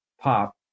pop